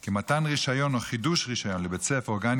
כי מתן רישיון או חידוש רישיון לבית ספר או גן